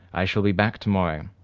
i shall be back to-morrow.